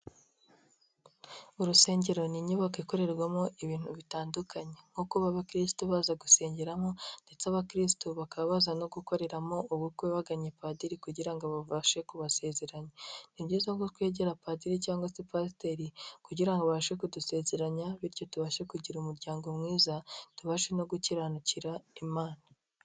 Urusengero ni inyubako ikorerwamo ibintu bitandukanye nko kuba abakristu baza gusengeramo ndetse abakristu bakaba baza no gukoreramo ubukwe baganye padiri kugira ngo babashe kubasezeranya. Ni byiza ko twegera padiri cyangwa se pasiteri kugira ngo abashe kudusezeranya; bityo tubashe kugira umuryango mwiza tubashe no gukiranukira imana.